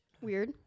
Weird